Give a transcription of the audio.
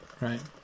right